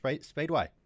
Speedway